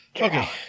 okay